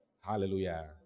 Hallelujah